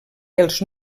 els